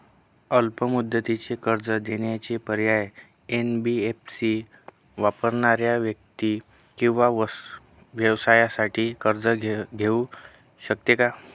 अल्प मुदतीचे कर्ज देण्याचे पर्याय, एन.बी.एफ.सी वापरणाऱ्या व्यक्ती किंवा व्यवसायांसाठी कर्ज घेऊ शकते का?